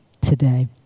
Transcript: today